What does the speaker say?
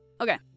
Okay